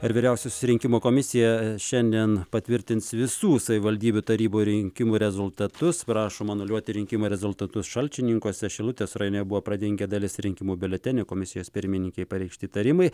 ar vyriausiosios rinkimų komisija šiandien patvirtins visų savivaldybių tarybų rinkimų rezultatus prašoma anuliuoti rinkimų rezultatus šalčininkuose šilutės rajone buvo pradingę dalis rinkimų biuletenių komisijos pirmininkei pareikšti įtarimai